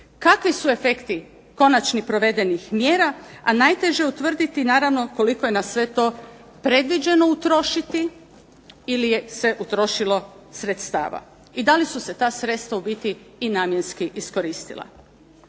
kakvi su efekti konačnih provedenih mjera, a najteže je utvrditi naravno koliko je na sve to predviđeno utrošiti ili je se utrošilo sredstava. I dali su se ta sredstva u biti i namjenski iskoristila.